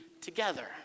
together